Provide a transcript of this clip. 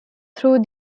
through